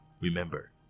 Remember